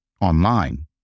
Online